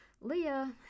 Leah